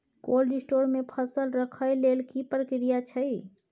Cold store मे फसल रखय लेल की प्रक्रिया अछि?